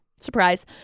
Surprise